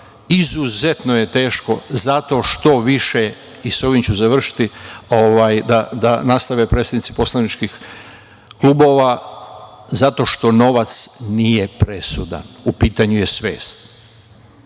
izuzetno je teško zato što više, i sa ovim ću završiti, da nastave predsednici poslaničkih klubova, zato što novac nije presudan, u pitanju je svest. Hvala